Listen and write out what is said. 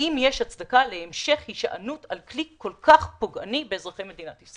האם יש הצדקה להמשך הישענות על כלי כל כך פוגעני באזרחי מדינת ישראל.